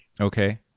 Okay